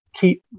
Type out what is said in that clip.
keep